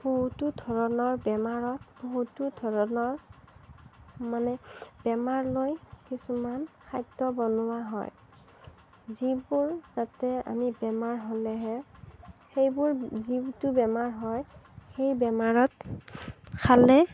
বহুতো ধৰণৰ বেমাৰত বহুতো ধৰণৰ মানে বেমাৰ লৈ কিছুমান খাদ্য বনোৱা হয় যিবোৰ যাতে আমি বেমাৰ হ'লেহে সেইবোৰ যিটো বেমাৰ হয় সেই বেমাৰত খালে